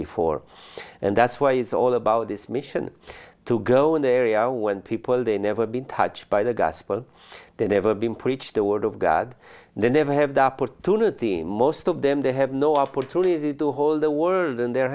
before and that's why it's all about this mission to go an area when people they never been touched by the gospel they never been preached the word of god they never have the opportunity most of them they have no opportunity to hold the world in their